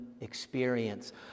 experience